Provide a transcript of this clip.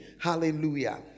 Hallelujah